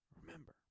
Remember